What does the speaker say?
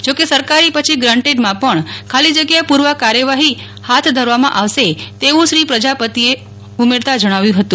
જો કે સરકારી પછી ગ્રાન્ટેડમાં પણ ખાલી જગ્યા પૂરવા કાર્યવાહી હાથ ધરવામાં આવશે તેવું શ્રી પ્રજાપતિએ ઉમેરતાં જણાવ્યું હતું